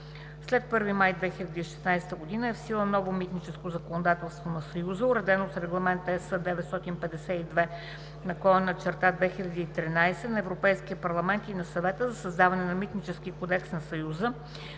След 1 май 2016 г. е в сила ново митническо законодателство на Съюза, уредено с Регламент (ЕС) № 952/2013 на Европейския парламент и на Съвета за създаване на Митнически кодекс на Съюза,